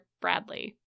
bradley